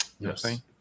Yes